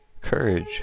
courage